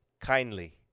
kindly